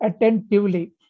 attentively